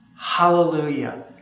Hallelujah